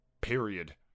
period